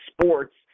sports